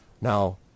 Now